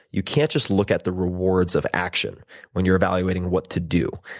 you can't just look at the rewards of action when you're evaluating what to do,